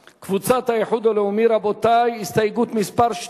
האיחוד הלאומי לפני סעיף 1 לא נתקבלה.